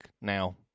Now